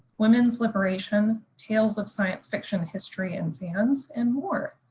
women's liberation, tales of science fiction history and fans, and more.